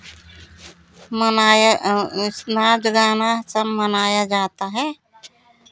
मनाया नाच गाना सब मनाया जाता है